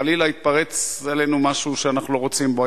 חלילה יתפרץ עלינו משהו שאנחנו לא רוצים בו,